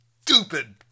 stupid